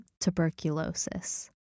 tuberculosis